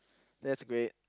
that's great